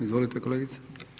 Izvolite kolegice.